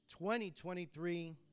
2023